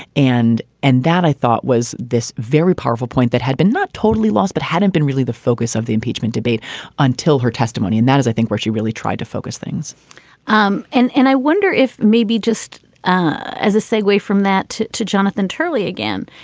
and and that, i thought, was this very powerful point that had been not totally lost, but hadn't been really the focus of the impeachment debate until her testimony. and that is, i think, where she really tried to focus things um and and i wonder if maybe just as a segway from that to jonathan turley, again,